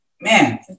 Man